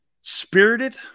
Spirited